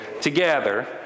together